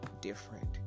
different